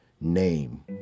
name